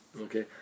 Okay